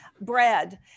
bread